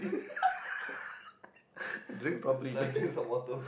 do it properly man